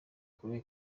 kure